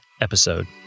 episode